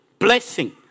Blessing